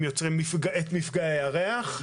הם יוצרים את מפגעי הריח.